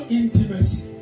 intimacy